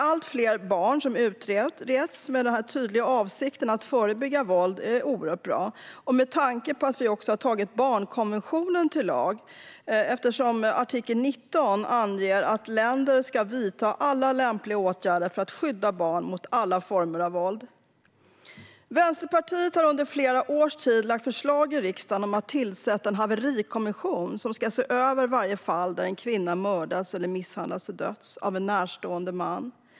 Att fler barn utreds med den tydliga avsikten att förebygga våld är oerhört bra, detta med tanke på att Sverige nu har antagit barnkonventionen till lag. I artikel 19 anges att länder ska vidta alla lämpliga åtgärder för att skydda barn mot alla former av våld. Vänsterpartiet har under flera års tid lagt förslag i riksdagen om att tillsätta en haverikommission som ska se över varje fall där en kvinna har mördats eller misshandlats till döds av en närstående man.